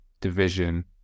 division